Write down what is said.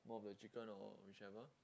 more of your chicken or whichever